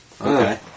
Okay